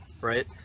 right